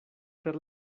per